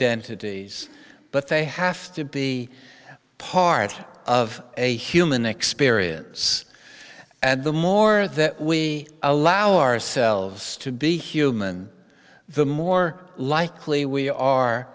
dentity but they have to be part of a human experience and the more that we allow ourselves to be human the more likely we are